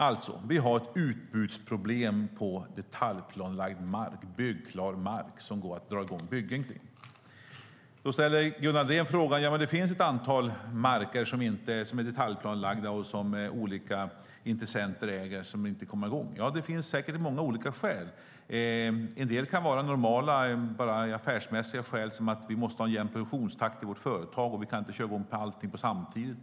Alltså: Vi har ett utbudsproblem på detaljplanelagd mark, byggklar mark, som det går att dra i gång byggen på. Gunnar Andrén ställer en fråga om detaljplanelagd mark som olika intressenter äger där byggen inte kommer i gång. Ja, det finns säkert många olika skäl. Det kan vara normala affärsmässiga skäl: Vi måste ha en jämn produktionstakt i vårt företag, och vi kan inte köra i gång allting samtidigt.